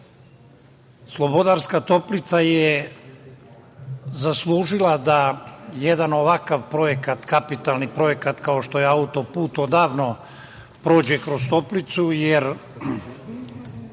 autoputa. Slobodarska Toplica je zaslužila da jedan ovakav projekat, kapitalni projekat, kao što je autoput, odavno prođe kroz Toplicu, jer